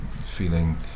feeling